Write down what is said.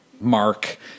mark